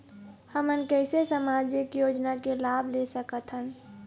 हमन कैसे सामाजिक योजना के लाभ ले सकथन?